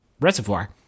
reservoir